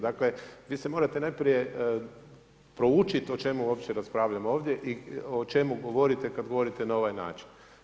Dakle vi morate najprije proučiti o čemu uopće raspravljamo ovdje i o čemu govorite kad govorite na ovaj način.